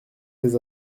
des